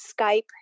Skype